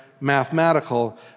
mathematical